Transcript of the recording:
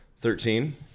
Thirteen